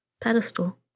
pedestal